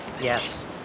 Yes